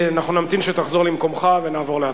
אנחנו נמתין שתחזור למקומך, ונעבור להצבעה.